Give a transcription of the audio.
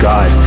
God